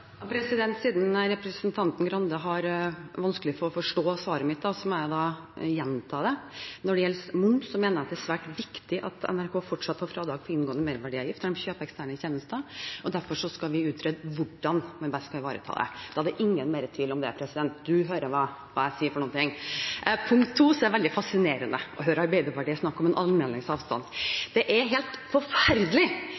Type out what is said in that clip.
Siden representanten Grande har vanskelig for å forstå svaret mitt, må jeg gjenta det. Når det gjelder moms, mener jeg det er svært viktig at NRK fortsatt har fradrag for inngående merverdiavgift når en kjøper eksterne tjenester. Derfor skal vi utrede hvordan man best tar vare på det. Da er det ikke mer tvil om det, president, du hører hva jeg sier! Punkt 2: Det er veldig fascinerende å høre Arbeiderpartiet snakke om en